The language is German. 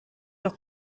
noch